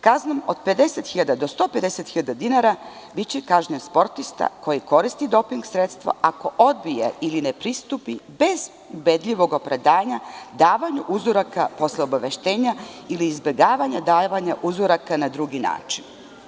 Kaznom od 50.000 do 150.000 dinara biće kažnjen sportista koji koristi doping sredstvo, ako odbije ili ne pristupi bez ubedljivog opravdanja davanja uzoraka posle obaveštenja ili izbegavanja davanja uzoraka na drugi način.